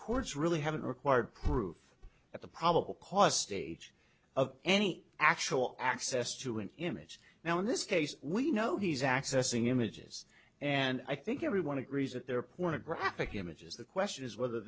courts really haven't required proof at the probable cause stage of any actual access to an image now in this case we know he's accessing images and i think everyone agrees that there are pornographic images the question is whether